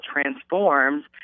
transforms